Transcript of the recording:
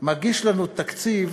מגיש לנו תקציב